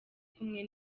kumwe